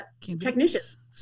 technicians